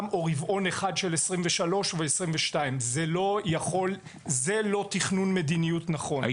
או רבעון אחד של 23 או 22. זה לא תכנון מדיניות נכון.